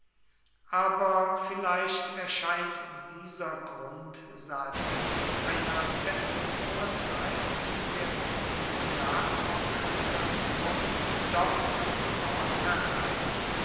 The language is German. aber freilich erscheint dieser grundsatz einer besseren vorzeit in der provinzialorganisation doch von vornherein